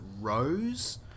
Rose